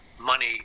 money